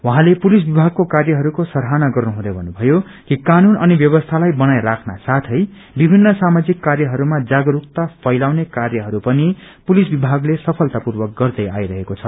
उहाँले पुलिस विभागको कार्यहरूको सराहना गर्नुहुँदै भन्नुभयो कि कानून अनि व्यवस्थालाई बनाई राख्न साथै विभिन्न सामाजिक कार्यहरूमा जागरूकता फैलाउने कार्यहरू पनि पुलिस विभागले सफलतापूर्वक गर्दै आइरहेको छ